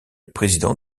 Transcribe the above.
président